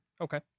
Okay